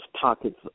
pockets